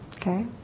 Okay